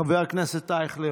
חבר הכנסת אייכלר,